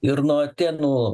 ir nuo atėnų